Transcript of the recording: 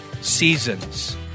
seasons